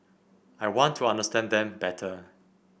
I want to understand them better